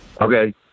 okay